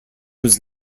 was